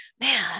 man